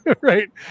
right